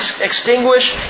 extinguish